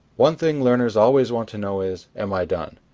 one thing learners always want to know is am i done?